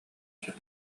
сөп